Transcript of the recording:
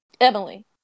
Emily